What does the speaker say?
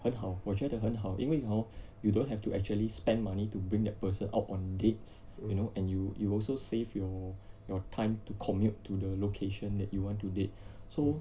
很好我觉得很好因为 hor you don't have to actually spend money to bring their person out on dates you know and you you'll also save your your time to commute to the location that you want to date so